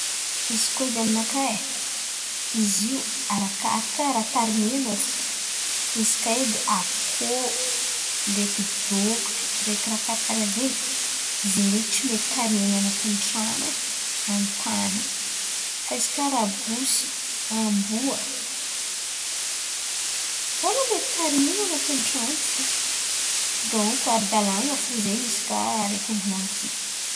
Izy kôa edy aminakà e izy io arakaraka ràha tarimianao fo, izy kà edy akôho ndraiky dôkotro ndraiky ràha kàra kàra zen̈y, zen̈y edy tsy mety tarimiana an̈atin'ny tran̈o e. F'izy kà rabosy, amboa mbola mety tarimiana an̈atin'ny tran̈o fo, dônko ara-dàlana fo ndraiky izy kà araiky novolan̈iko zen̈y.